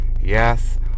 Yes